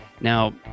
Now